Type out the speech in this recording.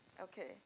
Okay